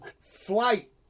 flight